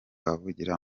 avugira